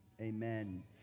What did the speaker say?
amen